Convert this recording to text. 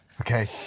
Okay